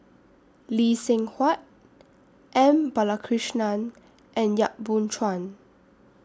Lee Seng Huat M Balakrishnan and Yap Boon Chuan